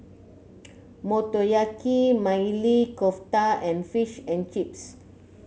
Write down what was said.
Motoyaki Maili Kofta and Fish and Chips